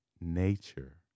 nature